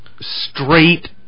straight